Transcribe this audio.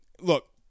look